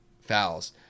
fouls